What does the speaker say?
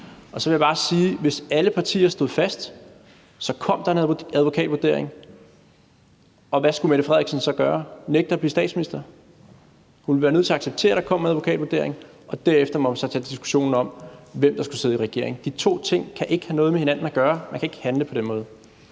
Så vil jeg bare sige, at hvis alle partier stod fast, kom der en advokatvurdering, og hvad skulle Mette Frederiksen så gøre? Nægte at blive statsminister? Hun ville være nødt til at acceptere, at der kom en advokatvurdering, og derefter måtte man så tage diskussionen om, hvem der skulle sidde i regering. De to ting kan ikke have noget med hinanden at gøre. Man kan ikke handle på den måde.